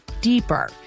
deeper